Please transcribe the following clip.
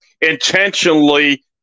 intentionally